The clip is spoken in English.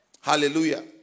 Hallelujah